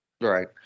Right